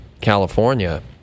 California